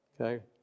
Okay